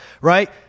right